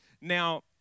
now